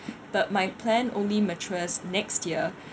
but my plan only matures next year